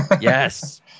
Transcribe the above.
yes